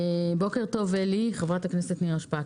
בוקר טוב אלי, חברת הכנסת נירה שפק.